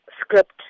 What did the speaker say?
script